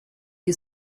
you